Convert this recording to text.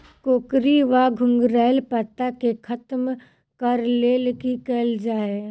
कोकरी वा घुंघरैल पत्ता केँ खत्म कऽर लेल की कैल जाय?